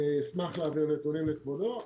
אני אשמח להעביר נתונים לכבודו.